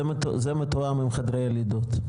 זה מתואם עם חדרי לידות.